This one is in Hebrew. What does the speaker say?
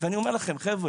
ואני אומר לכם חבר'ה,